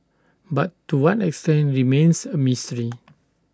but to one extent remains A mystery